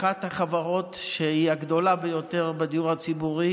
אחת החברות שהיא הגדולה ביותר בדיור הציבורי